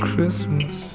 Christmas